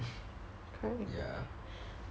ya